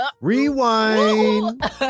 rewind